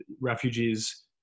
refugees